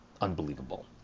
unbelievable